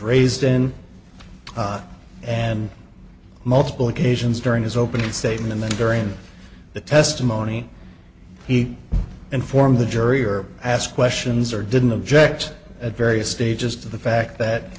raised in and multiple occasions during his opening statement and during the testimony he informed the jury or asked questions or didn't object at various stages to the fact that